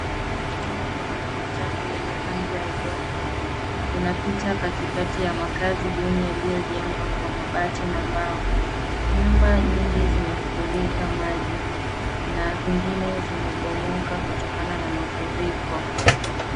Mto wenye maji machafu yenye rangi ya udongo unapita katikati ya makaazi duni yaliyojengwa kwa mabati na mbao. Nyumba nyingi zimefurika maji na zingine zimebomoka kutokana na mafuriko.